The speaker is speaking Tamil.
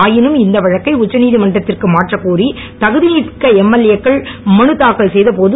ஆயினும் இந்த வழக்கை உச்ச நீதிமன்றத்திற்கு மாற்றக்கோரி தகுதிநீக்க எம்எல்ஏ க்கள் மனு தாக்கல் செய்தபோது